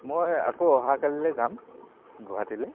মই আকৌ অহা কালিলৈ যাম গুৱাহাটীলৈ